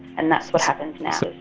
and that's what happens now.